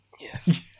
Yes